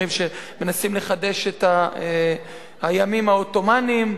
אומרים שמנסים לחדש את הימים העות'מאניים,